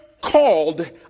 called